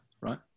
Right